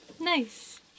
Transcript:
Nice